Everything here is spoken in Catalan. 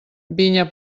vinya